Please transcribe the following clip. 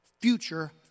future